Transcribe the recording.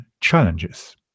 challenges